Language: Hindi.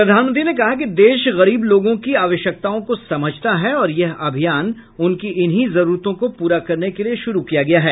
प्रधानमंत्री ने कहा कि देश गरीब लोगों की आवश्यकताओं को समझता है और यह अभियान उनकी इन्हीं जरूरतों को पूरा करने के लिए शुरू किया गया है